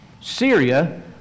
Syria